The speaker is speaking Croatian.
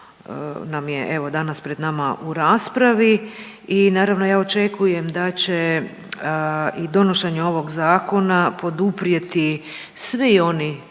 nam je evo danas pred nama u raspravi. I naravno ja očekujem da će i donošenje ovog zakona poduprijeti svi oni